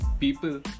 people